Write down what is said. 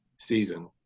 season